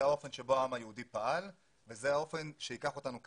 זה האופן שבו העם היהודי פעל וזה האופן שייקח אותנו קדימה.